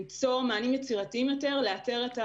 למצוא מענים יצירתיים יותר כדי לאתר את החבר'ה,